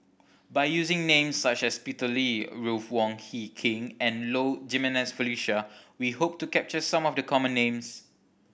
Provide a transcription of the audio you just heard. by using names such as Peter Lee Ruth Wong Hie King and Low Jimenez Felicia we hope to capture some of the common names